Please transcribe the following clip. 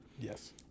Yes